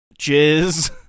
jizz